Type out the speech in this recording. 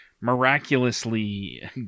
miraculously